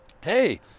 hey